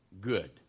good